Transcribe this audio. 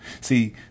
See